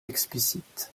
explicite